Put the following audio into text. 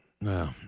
No